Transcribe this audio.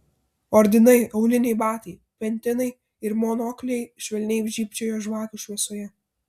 ordinai auliniai batai pentinai ir monokliai švelniai žybčiojo žvakių šviesoje